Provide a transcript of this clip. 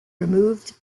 removed